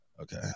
Okay